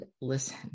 listen